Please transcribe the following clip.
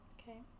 okay